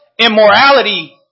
immorality